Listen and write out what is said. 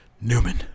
Newman